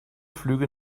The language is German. flüge